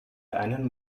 einen